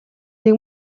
нэг